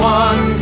one